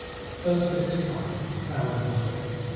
the first of its kind to be found in australia.